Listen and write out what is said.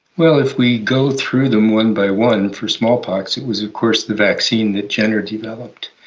well, if we go through them one by one, for smallpox it was of course the vaccine that jenner developed.